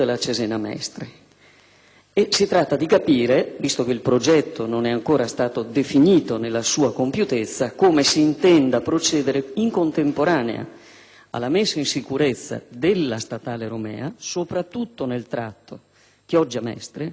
si tratta di capire, visto che il progetto non è ancora stato definito nella sua compiutezza, come si intenda procedere in contemporanea alla messa in sicurezza della statale Romea, soprattutto nel tratto Chioggia-Mestre, che è quello più devastato